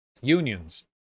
Unions